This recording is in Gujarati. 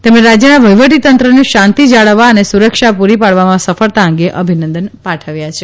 તેમણે રાજ્યના વહીવટીતંત્રને શાંતિ જાળવવા અને સુરક્ષા પૂરી પાડવામાં સફળતા અંગે અભિનંદન પાઠવ્યાં હતાં